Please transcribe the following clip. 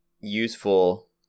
useful